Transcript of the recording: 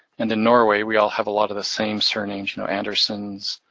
and in norway, we all have a lot of the same surnames, you know andersons,